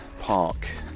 Park